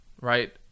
right